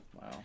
wow